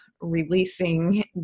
releasing